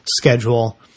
schedule